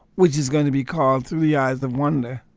which is going to be called through the eyes of wonder